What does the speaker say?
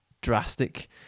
drastic